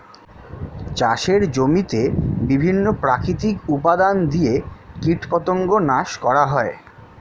চাষের জমিতে বিভিন্ন প্রাকৃতিক উপাদান দিয়ে কীটপতঙ্গ নাশ করা হয়